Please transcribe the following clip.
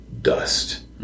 dust